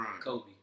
Kobe